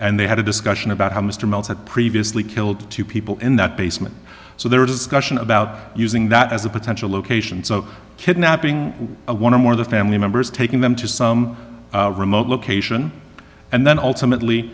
and they had a discussion about how mr mills had previously killed two people in that basement so there were discussion about using that as a potential location so kidnapping one or more of the family members taking them to some remote location and then ultimately